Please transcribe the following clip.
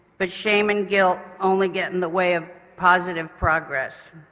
but shame and guilt only get in the way of positive progress.